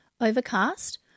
Overcast